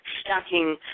Stacking